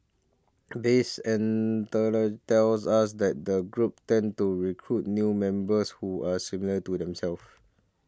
base tells us that groups tend to recruit new members who are similar to themselves